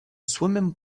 swimming